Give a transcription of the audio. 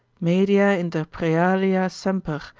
media inter prealia semper,